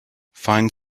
fine